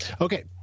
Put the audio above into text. Okay